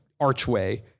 archway